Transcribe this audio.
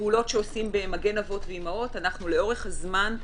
פעולות שעושים במגן אבות ואימהות לאורך זמן,